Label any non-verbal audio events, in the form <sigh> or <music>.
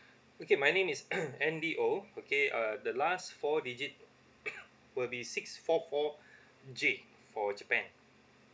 okay my name is <coughs> andy oh okay uh the last four digit <coughs> will be six four four J for japan